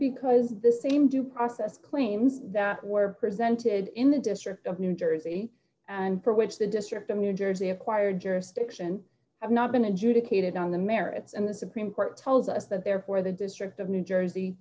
because the same due process d claims that were presented in the district of new jersey and for which the district of new jersey acquire jurisdiction have not been adjudicated on the merits and the supreme court tells us that therefore the district of new jersey